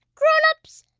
grown-ups,